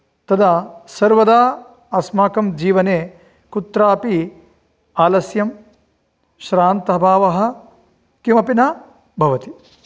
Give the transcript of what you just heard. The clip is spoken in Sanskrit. तदा सर्वदा अस्माकं जीवने कुत्रापि आलस्यं श्रान्तभावः किमपि न भवति